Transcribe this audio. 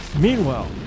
Meanwhile